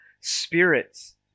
spirits